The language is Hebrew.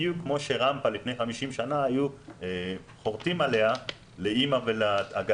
בדיוק כמו שעל רמפה לפני 50 שנה היו חורטים עליה לאמא ולעגלה,